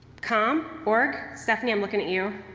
com or, stephanie, i'm looking at you